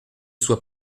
soit